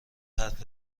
حرف